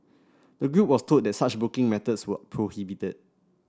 the group was told that such booking methods were prohibited